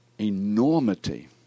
enormity